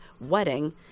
wedding